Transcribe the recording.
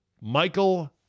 Michael